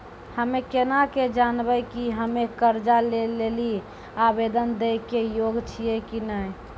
हम्मे केना के जानबै कि हम्मे कर्जा लै लेली आवेदन दै के योग्य छियै कि नै?